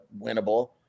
winnable